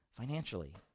Financially